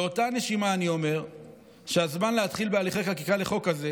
באותה נשימה אני אומר שהזמן להתחיל בהליכי חקיקה לחוק כזה,